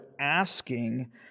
asking